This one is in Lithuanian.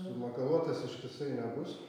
sumakaluotas ištisai nebus